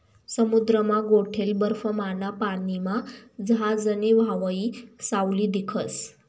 समुद्रमा गोठेल बर्फमाना पानीमा जहाजनी व्हावयी सावली दिखस